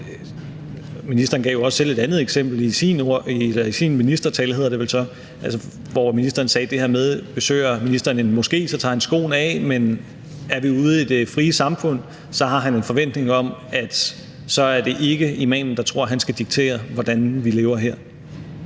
Ministeren gav jo også selv et andet eksempel i sin ministertale, hvor han sagde det her med, at besøger han en moské, tager han skoene af, men er vi ude i det frie samfund, har han en forventning om, at så er det ikke imamen, der skal tro, at han skal diktere, hvordan vi lever her.